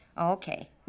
Okay